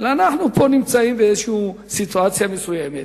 אלא שאנחנו נמצאים פה בסיטואציה מסוימת,